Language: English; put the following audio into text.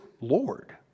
Lord